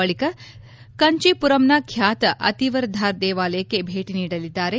ಬಳಿಕ ಕಂಚಿಪುರಂನ ಖ್ಯಾತ ಅತೀವರ್ ಧಾರ್ ದೇವಾಲಯಕ್ಕೆ ಭೇಟ ನೀಡಲಿದ್ದಾರೆ